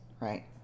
right